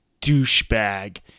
douchebag